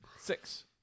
Six